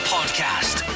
Podcast